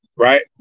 Right